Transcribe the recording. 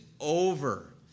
over